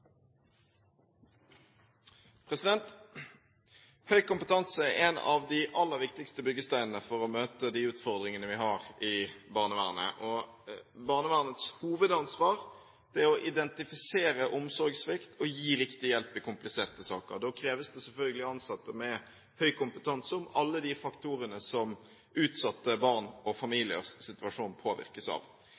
en av de aller viktigste byggesteinene for å møte de utfordringene vi har i barnevernet. Barnevernets hovedansvar er å identifisere omsorgssvikt og gi riktig hjelp i kompliserte saker. Da kreves det selvfølgelig ansatte med høy kompetanse om alle de faktorene som utsatte barn og familiers situasjon påvirkes av.